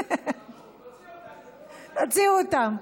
תוציאו אותם,